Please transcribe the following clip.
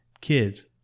Kids